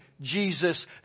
Jesus